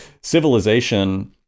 civilization